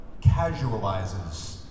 casualizes